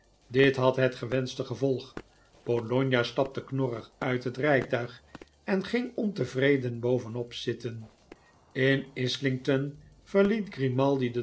dit had het gewenschte gevolg bologna stapte knorrig uit het rijtuig en ging ontevreden bovenop zitten inlslingt o n verliet grimaldi de